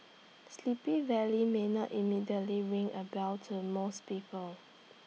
sleepy valley may not immediately ring A bell to most people